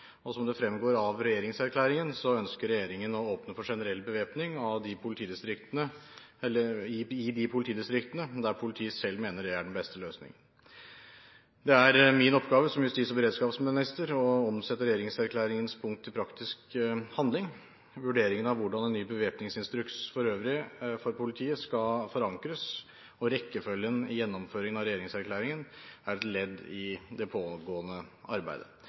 og som det fremgår av regjeringserklæringen, ønsker regjeringen å åpne for generell bevæpning i de politidistriktene der politiet selv mener det er den beste løsningen. Det er min oppgave, som justis- og beredskapsminister, å omsette regjeringserklæringens punkt til praktisk handling. Vurderingen av hvordan en ny bevæpningsinstruks for politiet for øvrig skal forankres og rekkefølgen i gjennomføringen av regjeringserklæringen er et ledd i det pågående arbeidet.